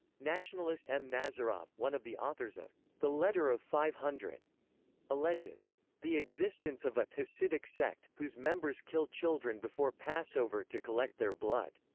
nationalist m. nazarov, one of the authors of the letter of five hundred alleges the existence of a hasidic sect, whose members kill children before passover to collect their blood,